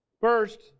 First